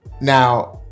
Now